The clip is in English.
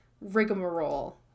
rigmarole